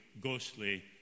ghostly